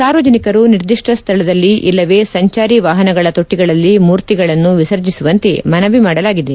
ಸಾರ್ವಜನಿಕರು ನಿರ್ದಿಷ್ಟ ಸ್ಥಳದಲ್ಲಿ ಇಲ್ಲವೇ ಸಂಚಾರಿ ವಾಹನಗಳ ತೊಟ್ಟಿಗಳಲ್ಲಿ ಮೂರ್ತಿಗಳನ್ನು ವಿಸರ್ಜಿಸುವಂತೆ ಮನವಿ ಮಾಡಲಾಗಿದೆ